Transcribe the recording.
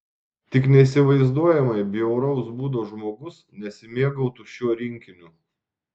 tik neįsivaizduojamai bjauraus būdo žmogus nesimėgautų šiuo rinkiniu